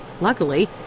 Luckily